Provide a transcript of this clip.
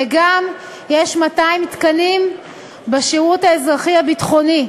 וגם יש 200 תקנים בשירות האזרחי-ביטחוני.